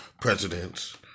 presidents